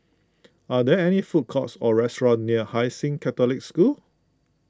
are there any food courts or restaurants near Hai Sing Catholic School